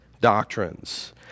doctrines